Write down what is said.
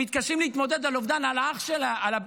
שמתקשים להתמודד עם האובדן של האח שלו,